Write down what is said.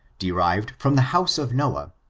derived from the house of noah,